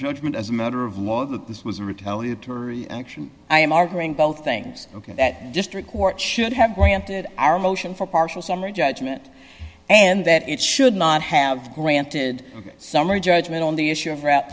judgment as a matter of law that this was a retaliatory action i am arguing both things ok that district court should have granted our motion for partial summary judgment and that it should not have granted summary judgment on the issue of r